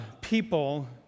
people